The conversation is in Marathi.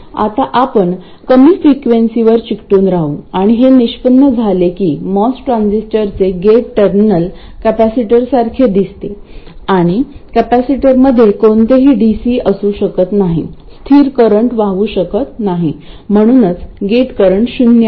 आत्ता आपण कमी फ्रिक्वेन्सीवर चिकटून राहू आणि हे निष्पन्न झाले की मॉस ट्रान्झिस्टरचे गेट टर्मिनल कॅपेसिटरसारखे दिसते आणि कॅपेसिटरमध्ये कोणतेही डीसी असू शकत नाही स्थिर करंटवाहू शकत नाही म्हणूनच गेट करंट शून्य आहे